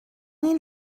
این